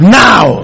now